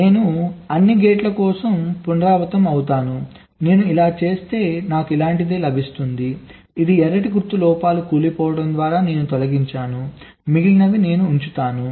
నేను అన్ని గేట్ల కోసం పునరావృతం అవుతాను నేను ఇలా చేస్తే నాకు ఇలాంటిదే లభిస్తుంది ఇది ఎర్రటి గుర్తు లోపాలు కూలిపోవటం ద్వారా నేను తొలగించాను మిగిలినవి నేను ఉంచుతాను